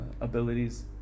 abilities